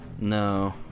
No